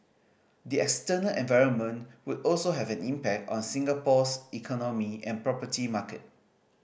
the external environment would also have an impact on Singapore's economy and property market